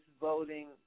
Voting